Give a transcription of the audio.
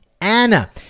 anna